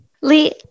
Lee